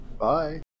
Bye